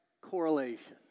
correlation